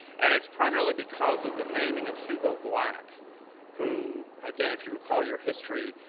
and it's primarily because of the naming of hugo black who, again, if you recall your history,